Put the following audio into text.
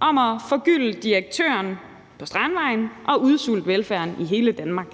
om at forgylde direktøren på Strandvejen og udsulte velfærden i hele Danmark.